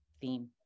theme